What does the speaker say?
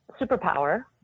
superpower